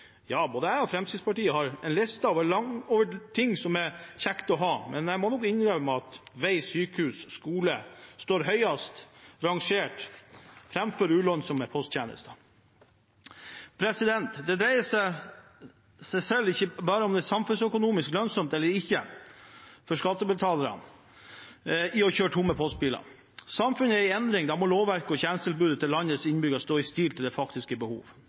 Ja, både jeg og Fremskrittspartiet har en lang liste over ting som er kjekt å ha, men jeg må nok innrømme at vei, sykehus og skole står høyest rangert framfor ulønnsomme posttjenester. Det dreier seg ikke bare om hvorvidt det er samfunnsøkonomisk lønnsomt eller ikke, for skattebetalerne, å kjøre tomme postbiler. Samfunnet er i endring, og da må lovverket og tjenestetilbudet til landets innbyggere stå i stil med det faktiske